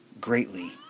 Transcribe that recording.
greatly